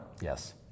yes